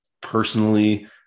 Personally